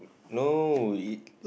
no it's